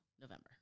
November